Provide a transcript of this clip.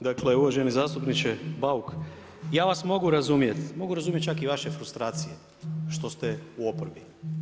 Dakle, uvaženi zastupniče Bauk, ja vas mogu razumjeti, mogu razumjeti čak i vaše frustracije što ste u oporbi.